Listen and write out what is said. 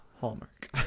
Hallmark